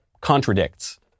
contradicts